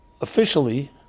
officially